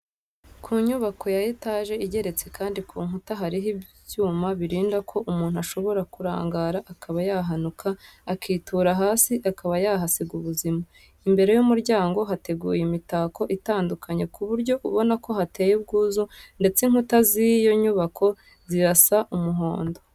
Ku nyubako ya etaje igeretse kandi ku nkuta hariho ibyuma birinda ko umuntu ashobora kurangara akaba yahanuka, akitura hasi akaba yahasiga ubuzima. Imbere y'umuryango hateguye imitako itandukanye ku buryo ubona ko hateye ubwuzu ndetse inkuta z'iyo nyubako zirasa umuhondo.